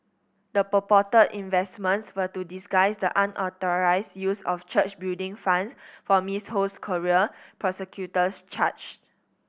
the purported investments were to disguise the unauthorised use of church building funds for Miss Ho's career prosecutors charge